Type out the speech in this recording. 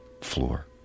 floor